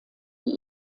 die